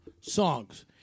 songs